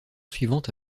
suivante